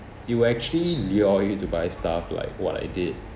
it will actually you to buy stuff like what I did